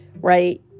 right